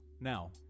Now